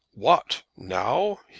what! now!